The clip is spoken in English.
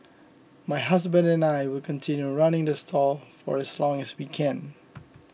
my husband and I will continue running the stall for as long as we can